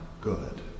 good